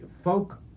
folk